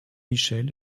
michel